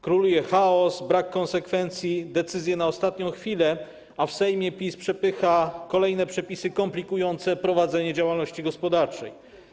Królują chaos, brak konsekwencji, decyzje na ostatnią chwilę, a w Sejmie PiS przepycha kolejne przepisy komplikujące prowadzenie działalności gospodarczej.